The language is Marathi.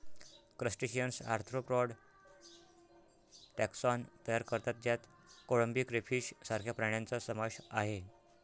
क्रस्टेशियन्स आर्थ्रोपॉड टॅक्सॉन तयार करतात ज्यात कोळंबी, क्रेफिश सारख्या प्राण्यांचा समावेश आहे